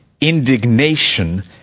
indignation